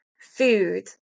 food